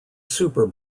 super